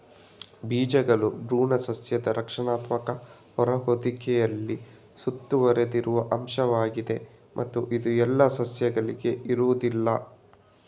ಬೀಜಗಳು ಭ್ರೂಣ ಸಸ್ಯದ ರಕ್ಷಣಾತ್ಮಕ ಹೊರ ಹೊದಿಕೆಯಲ್ಲಿ ಸುತ್ತುವರೆದಿರುವ ಅಂಶವಾಗಿದೆ ಮತ್ತು ಇದು ಎಲ್ಲಾ ಸಸ್ಯಗಳಲ್ಲಿ ಇರುವುದಿಲ್ಲ